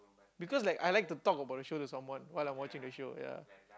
because like I like to talk about the show to someone while I'm watching the show ya